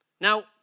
Now